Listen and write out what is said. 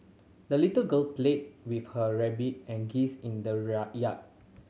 the little girl played with her rabbit and geese in the yard